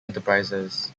enterprises